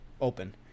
open